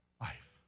life